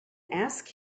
ask